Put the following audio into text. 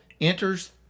enters